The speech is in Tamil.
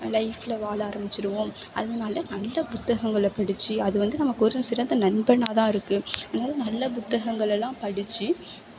லைஃப்பில் வாழ ஆரம்பிச்சுடுவோம் அதனால் அந்த புத்தகங்களை படித்து அது வந்து நமக்கு ஒரு சிறந்த நண்பனாக தான் இருக்குது அதனால் நல்ல புத்தங்கங்களெல்லாம் படித்து